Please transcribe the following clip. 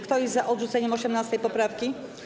Kto jest za odrzuceniem 18. poprawki?